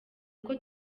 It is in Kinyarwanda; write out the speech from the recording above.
uko